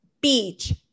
beach